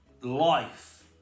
life